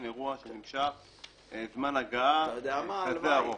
לפעמים צריך זמן כדי שהדברים יבשילו.